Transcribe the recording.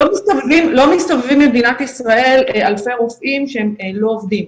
לא מסתובבים במדינת ישראל אלפי רופאים שהם לא עובדים.